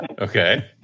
Okay